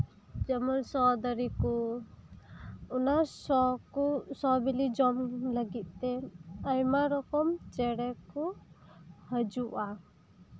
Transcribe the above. ᱡᱮᱢᱚᱱ ᱥᱚ ᱫᱟᱨᱮ ᱠᱚ ᱚᱱᱟ ᱥᱚ ᱠᱚ ᱥᱚ ᱵᱤᱞᱤ ᱠᱚ ᱡᱚᱢ ᱞᱟᱹᱜᱤᱫ ᱛᱮ ᱟᱭᱢᱟ ᱨᱚᱠᱚᱢ ᱪᱮᱬᱮ ᱠᱚ ᱦᱤᱡᱩᱜᱼᱟ